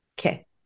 Okay